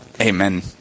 Amen